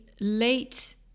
late